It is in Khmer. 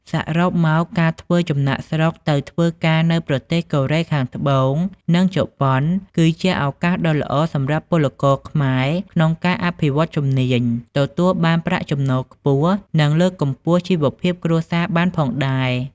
សរុបមក ការធ្វើចំណាកស្រុកទៅធ្វើការនៅប្រទេសកូរ៉េខាងត្បូង និងជប៉ុន គឺជាឱកាសដ៏ល្អសម្រាប់ពលករខ្មែរក្នុងការអភិវឌ្ឍជំនាញ ទទួលបានប្រាក់ចំណូលខ្ពស់ និងលើកកម្ពស់ជីវភាពគ្រួសារបានផងដែរ ។